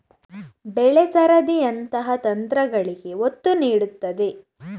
ಬೆಳೆ ಸರದಿಯಂತಹ ತಂತ್ರಗಳಿಗೆ ಒತ್ತು ನೀಡುತ್ತದೆ